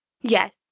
Yes